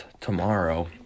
tomorrow